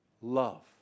love